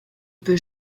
peut